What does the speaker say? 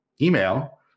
email